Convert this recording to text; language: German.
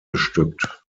bestückt